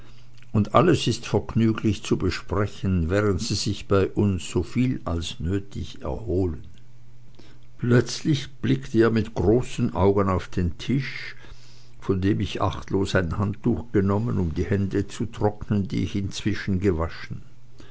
und alles ist vergnüglich zu besprechen während sie sich bei uns soviel als nötig ist erholen plötzlich blickte er mit großen augen auf den tisch von dem ich achtlos ein handtuch weggenommen um die hände zu trocknen die ich inzwischen gewaschen